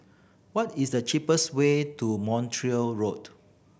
what is the cheapest way to Montreal Road